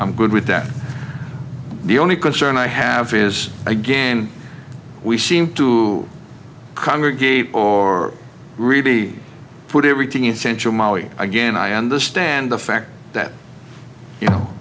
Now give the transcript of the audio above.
i'm good with that the only concern i have is again we seem to congregate or really put everything in central mali again i understand the fact that you know